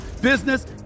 business